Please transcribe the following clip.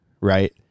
right